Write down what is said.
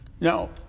Now